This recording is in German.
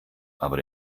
aber